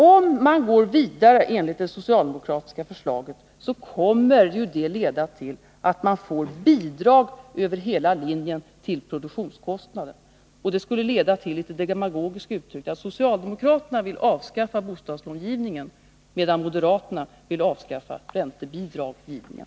Om man skulle gå vidare, enligt det socialdemokratiska förslaget, så skulle det komma att leda till bidragsgivning över hela linjen. Litet demagogiskt uttryckt betyder det att socialdemokraterna vill avskaffa bostadslångivningen, medan moderaterna vill avskaffa räntebidragsgivningen.